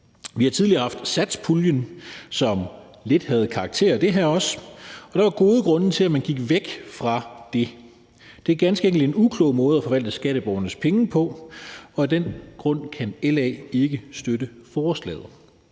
Vi har tidligere haft satspuljen, som også lidt havde karakter af det her, og der var gode grunde til, at man gik væk fra det. Det er ganske enkelt en uklog måde at forvalte skatteborgernes penge på, og af den grund kan LA ikke støtte forslaget.